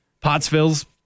Pottsville's